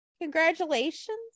congratulations